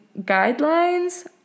guidelines